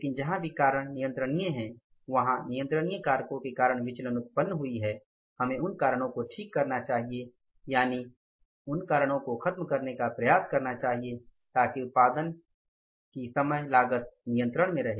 लेकिन जहाँ भी कारण नियंत्रणीय है वहाँ नियंत्रणीय कारणों के कारण विचलन उत्पन्न हुई हैं हमें उन कारणों को ठीक करना चाहिए यानी उन कारणों को खत्म करने का प्रयास करना चाहिए ताकि उत्पादन की समग्र लागत नियंत्रण में रहे